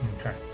okay